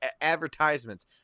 advertisements